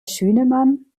schünemann